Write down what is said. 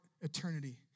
eternity